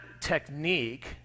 technique